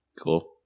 Cool